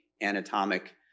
anatomic